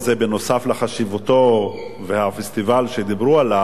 בנוסף לחשיבותו ולפסטיבל שדיברו עליו?